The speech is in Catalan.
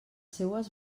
seues